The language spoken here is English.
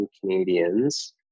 Canadians